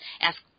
ask